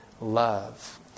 love